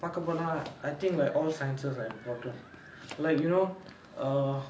பாக்க போனா:paakka ponaa I think like all sciences are important like you know err